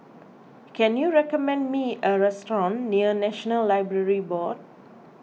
can you recommend me a restaurant near National Library Board